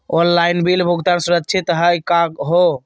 Online bill भुगतान सुरक्षित हई का हो?